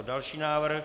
Další návrh.